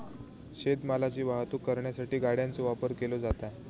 शेत मालाची वाहतूक करण्यासाठी गाड्यांचो वापर केलो जाता